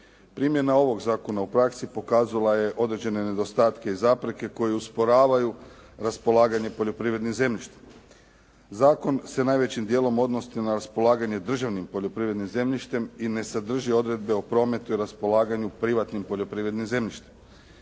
Primjena ovog zakona u praksi pokazala je određene nedostatke i zapreke koji usporavaju raspolaganje poljoprivrednim zemljištem. Zakon se najvećim dijelom odnosi na raspolaganje državnim poljoprivrednim zemljištem i ne sadrži odredbe o prometu i raspolaganju privatnim poljoprivrednim zemljištem.